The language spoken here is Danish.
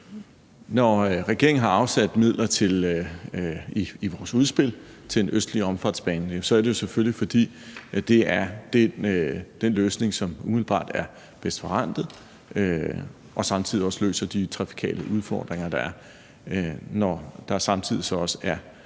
Når regeringen har afsat midler i vores udspil til en østlig omfartsbane, er det selvfølgelig, fordi det er den løsning, som umiddelbart er bedst forrentet og samtidig også løser de trafikale udfordringer, der er. Når der så samtidig også er